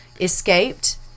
escaped